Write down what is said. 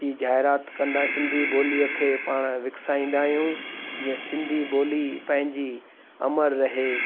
जी जाहिरात कंदा सिंधी ॿोलीअ खे पाण विकसाईंदा आहियूं जीअं सिंधी ॿोली पंहिंजी अमर रहे